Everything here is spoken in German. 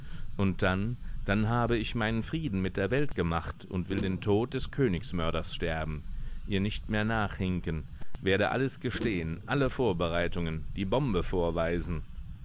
und dann dann habe ich meinen frieden mit der welt gemacht und will den tod des königsmörders sterben ihr nicht mehr nachhinken werde alles gestehen alle vorbereitungen die bombe vorweisen